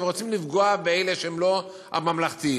רוצים לפגוע באלה שהם לא הממלכתיים.